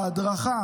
ההדרכה